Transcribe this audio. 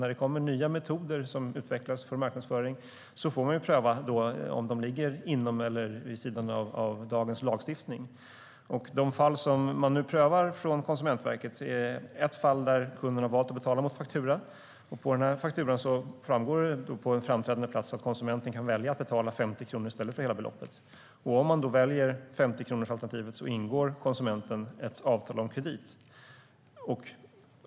När det utvecklas nya metoder för marknadsföring får man pröva om de ligger inom eller vid sidan av gällande lagstiftning. Jag vill säga något om de fall som Konsumentverket nu prövar. I ett fall har kunden valt att betala mot faktura. På fakturan framgår det på en framträdande plats att konsumenten kan välja att betala 50 kronor i stället för hela beloppet. Om konsumenten väljer 50-kronorsalternativet ingår denne ett avtal om kredit.